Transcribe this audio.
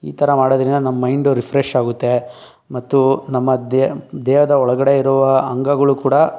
ಈ ಥರ ಮಾಡೋದರಿಂದ ನಮ್ಮ ಮೈಂಡು ರಿಫ್ರೆಶ್ ಆಗುತ್ತೆ ಮತ್ತು ನಮ್ಮ ದೆ ದೇಹದ ಒಳಗಡೆ ಇರುವ ಅಂಗಗಳು ಕೂಡ